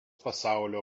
pasaulio